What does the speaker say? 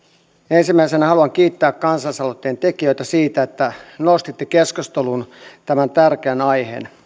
ensimmäisenä haluan kiittää kansalais aloitteen tekijöitä siitä että nostitte keskusteluun tämän tärkeän aiheen